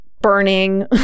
burning